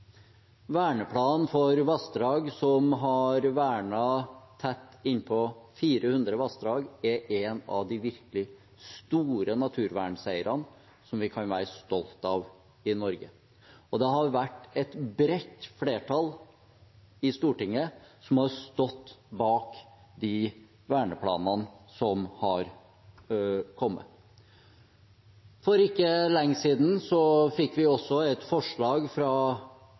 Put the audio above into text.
Verneplanen for vassdrag, som har vernet tett innpå 400 vassdrag, er en av de virkelig store naturvernseirene som vi kan være stolte av i Norge, og det har vært et bredt flertall i Stortinget som har stått bak de verneplanene som har kommet. For ikke lenge siden fikk vi også et forslag fra